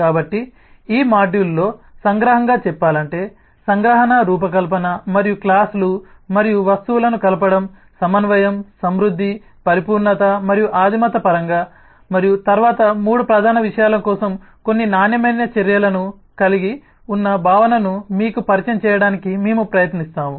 కాబట్టి ఈ మాడ్యూల్లో సంగ్రహంగా చెప్పాలంటే సంగ్రహణ రూపకల్పన మరియు క్లాస్లు మరియు వస్తువులను కలపడం సమన్వయం సమృద్ధి పరిపూర్ణత మరియు ఆదిమత పరంగా మరియు తరువాత మూడు ప్రధాన విషయాల కోసం కొన్ని నాణ్యమైన చర్యలను కలిగి ఉన్న భావనను మీకు పరిచయం చేయడానికి మేము ప్రయత్నిస్తాము